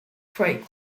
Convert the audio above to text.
quite